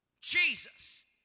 Jesus